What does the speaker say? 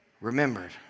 remembered